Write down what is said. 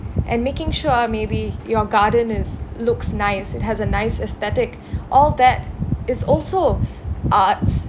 and making sure maybe your garden is looks nice it has a nice aesthetic all that is also arts